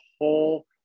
whole